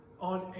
on